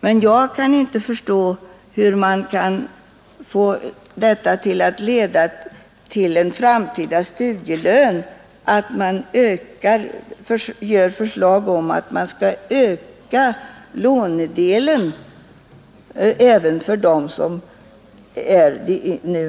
Men jag kan inte förstå hur en ökning av lånedelen för de yngre eleverna skulle kunna leda till en framtida studielön.